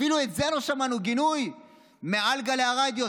אפילו את זה לא שמענו, גינוי מעל גלי הרדיו.